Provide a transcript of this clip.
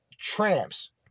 tramps